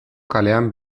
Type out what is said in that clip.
kalean